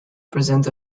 present